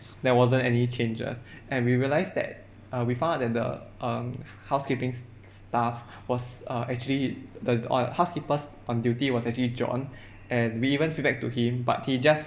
there wasn't any changes and we realised that uh we found out that the um housekeeping s~ staff was uh actually the uh housekeepers on duty was actually john and we even feedback to him but he just